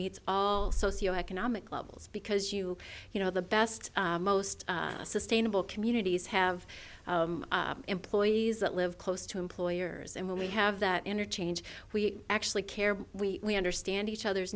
meets all socioeconomic levels because you you know the best most sustainable communities have employees that live close to employers and when we have that interchange we actually care we understand each other's